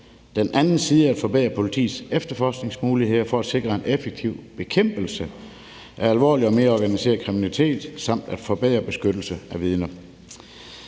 den anden side at forbedre politiets efterforskningsmuligheder for at sikre en effektiv bekæmpelse af alvorlig og mere organiseret kriminalitet samt at forbedre beskyttelsen af vidner.